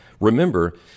Remember